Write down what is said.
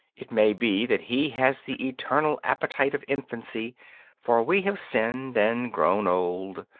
it may be that he has the eternal appetite of infancy for we have sinned and grown old,